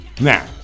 Now